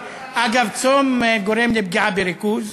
אגב, צום גורם לפגיעה בריכוז,